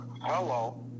hello